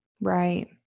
Right